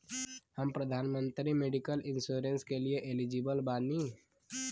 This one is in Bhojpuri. हम प्रधानमंत्री मेडिकल इंश्योरेंस के लिए एलिजिबल बानी?